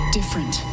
Different